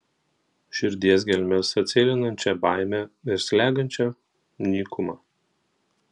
širdies gelmes atsėlinančią baimę ir slegiančią nykumą